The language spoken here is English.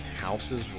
houses